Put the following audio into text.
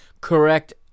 correct